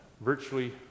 virtually